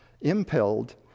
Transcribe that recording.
impelled